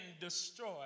destroy